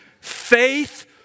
Faith